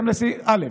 א.